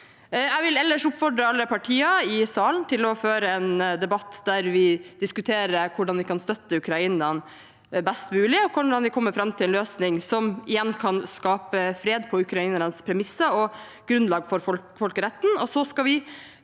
Jeg vil ellers oppfordre alle partier i salen til å føre en debatt hvor vi diskuterer hvordan vi kan støtte Ukraina best mulig, og hvordan vi kan komme fram til en løsning som igjen kan skape fred på ukrainernes premisser og på folkerettslig